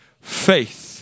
faith